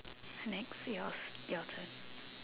next yours your turn